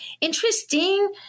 interesting